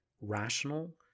rational